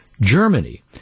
Germany